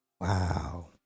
wow